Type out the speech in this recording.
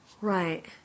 Right